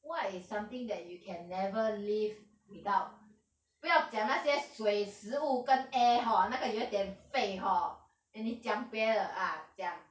what is something that you can never live without 不要讲那些水食物跟 air hor 那个有一点废 hor and 你讲别的 ah 讲